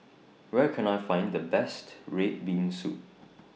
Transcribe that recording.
Where Can I Find The Best Red Bean Soup